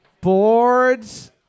Boards